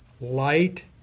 light